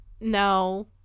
no